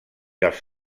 els